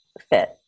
fit